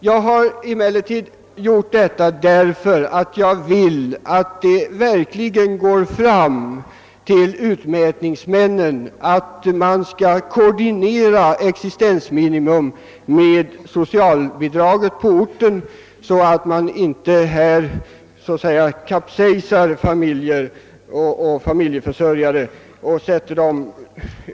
Jag har emellertid velat göra detta därför att jag önskar, att det verkligen skall tränga fram till utmätningsmännen att de skall koordinera gäldenärernas existensminimum med gällande socialhjälpsnormer på orten, så att de inte försätter familjer och familjeförsörjare i en ohållbar situation. Jag hoppas alltså att utmätningsmännen — och även utmätningskvinnorna — nu skall rätta sig efter vad utskottet uttalat.